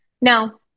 no